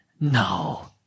No